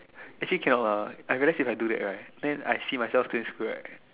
actually cannot lah I realise if I do that right then I see myself still in school right